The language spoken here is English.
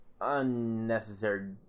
unnecessary